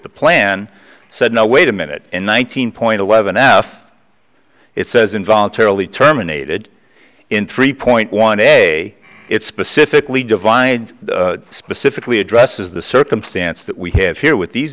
the plan said no wait a minute in one thousand point eleven out it says in voluntarily terminated in three point one day it specifically divides specifically addresses the circumstance that we have here with these